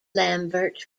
lambert